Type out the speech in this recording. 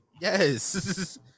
Yes